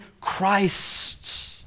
Christ